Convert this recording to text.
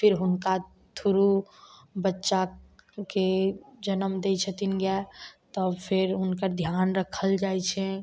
फेर हुनका थ्रू बच्चाके जनम दै छथिन गाय तब फेर हुनकर ध्यान रखल जाइ छै